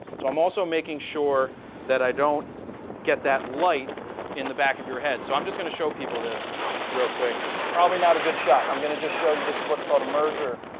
so, i'm also making sure that i don't get that light in the back of your head. so, i'm going to show people this real quick. probably not a good shot. i'm going to just show you. this is what's called a merger.